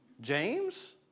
James